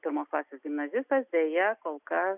pirmos klasės gimnazistas deja kol kas